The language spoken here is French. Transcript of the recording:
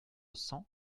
cents